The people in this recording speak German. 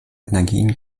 energien